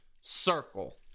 circle